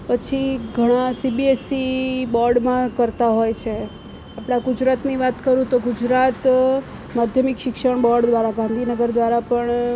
પછી ઘણા સીબીએસસી બોર્ડમાં કરતા હોય છે આપણા ગુજરાતની વાત કરું તો ગુજરાત માધ્યમિક શિક્ષણ બોર્ડ દ્વારા ગાંધીનગર દ્વારા પણ